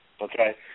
Okay